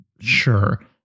sure